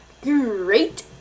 great